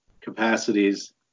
capacities